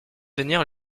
venir